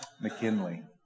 McKinley